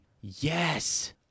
yes